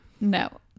no